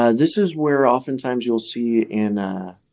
ah this is where oftentimes you will see an ah